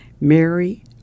Mary